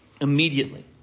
immediately